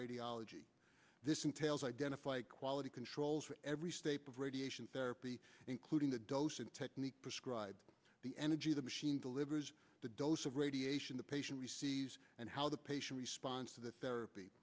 radiology this entails identify quality controls for every state of radiation therapy including the dosing technique prescribe the energy the machine delivers the dose of radiation the patient receives and how the patient responds to the therapy